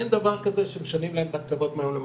אין דבר כזה שמשנים להם את ההקצבות מהיום למחר.